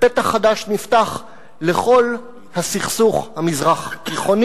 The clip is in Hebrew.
ופתח חדש נפתח לכל הסכסוך המזרח-תיכוני.